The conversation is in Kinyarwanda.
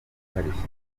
akarishye